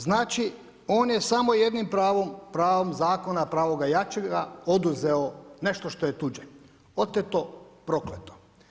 Znači on je samo jednim pravom, pravom zakona, pravo jačega oduzeo nešto što je tuđe, oteto, prokleto.